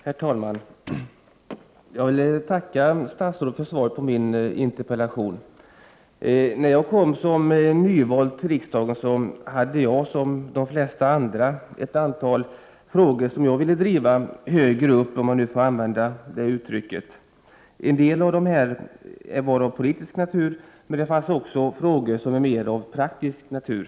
Herr talman! Jag vill tacka statsrådet för svaret på min interpellation. När jag kom som nyvald till riksdagen så hade jag, som de flesta andra, ett antal frågor som jag ville driva högre upp, om jag får använda det uttrycket. En del av dessa frågor är av politisk natur. Det finns emellertid också frågor som är av mer praktisk natur.